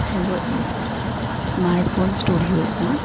hello smartphone studios ना